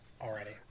Already